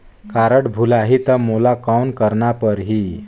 Card भुलाही ता मोला कौन करना परही?